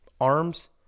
Arms